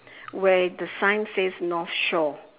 where the sign says north shore